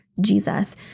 jesus